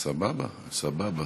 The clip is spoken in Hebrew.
תודה לך, אדוני היושב-ראש.